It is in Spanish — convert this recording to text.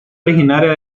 originaria